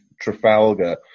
Trafalgar